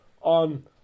on